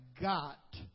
got